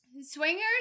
swingers